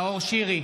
שירי,